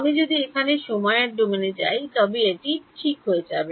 আমি যদি এখানে সময়ের ডোমেনে যাই তবে এটি হয়ে যাবে